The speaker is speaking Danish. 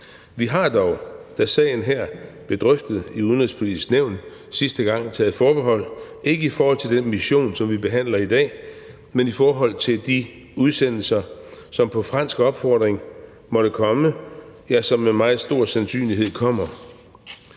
dog forbehold, da sagen her blev drøftet i Udenrigspolitisk Nævn sidste gang, ikke i forhold til den mission, som vi behandler i dag, men i forhold til de udsendelser, som på fransk opfordring måtte komme, ja, som med meget stor sandsynlighed kommer.